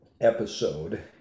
episode